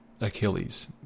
Achilles